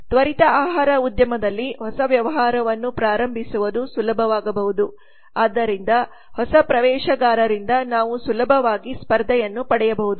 ತ್ವರಿತ ಆಹಾರ ಉದ್ಯಮದಲ್ಲಿ ಹೊಸ ವ್ಯವಹಾರವನ್ನು ಪ್ರಾರಂಭಿಸುವುದು ಸುಲಭವಾಗಬಹುದು ಆದ್ದರಿಂದ ಹೊಸ ಪ್ರವೇಶಗಾರರಿಂದ ನಾವು ಸುಲಭವಾಗಿ ಸ್ಪರ್ಧೆಯನ್ನು ಪಡೆಯಬಹುದು